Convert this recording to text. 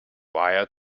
wire